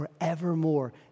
forevermore